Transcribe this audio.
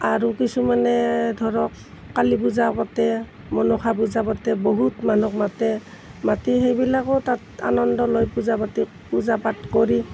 আৰু কিছুমানে ধৰক কালী পূজা পাতে মনসা পূজা পাতে বহুত মানুহ মাতে মাতি সেইবিলাকেও তাত আনন্দ লয় পূজা পাতি পূজা পাঠ কৰি